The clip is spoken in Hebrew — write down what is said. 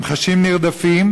הם חשים נרדפים,